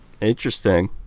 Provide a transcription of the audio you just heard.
Interesting